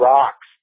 Rocks